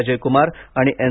अजय कुमार आणि एन